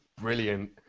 brilliant